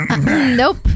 nope